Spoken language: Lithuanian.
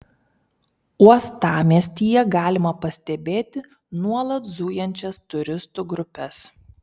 uostamiestyje galima pastebėti nuolat zujančias turistų grupes